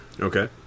Okay